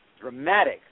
dramatic